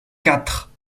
quatre